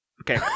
Okay